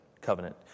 covenant